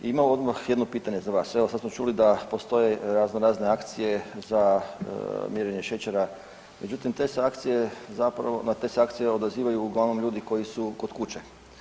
Imam odmah jedno pitanje za vas, evo sad smo čuli da postoje raznorazne akcije za mjerenje šećera, međutim te se akcije zapravo na te se akcije odazivaju uglavnom ljudi koji su kod kuće.